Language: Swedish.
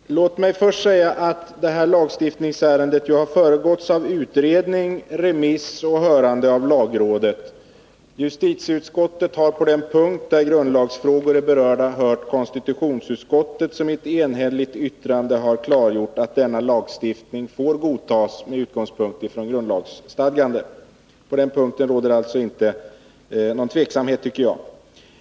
Herr talman! Låt mig först säga att det här lagstiftningsärendet ju har föregåtts av utredning, remiss och hörande av lagrådet. Justitieutskottet har på den punkt där grundlagsfrågor är berörda hört konstitutionsutskottet, som i ett enhälligt yttrande har klargjort att denna lagstiftning får godtas med utgångspunkt i grundlagsstadgande. På den punkten råder det alltså inte någon osäkerhet, tycker jag.